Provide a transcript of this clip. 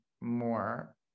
more